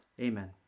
Amen